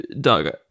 Doug